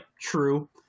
true